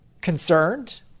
concerned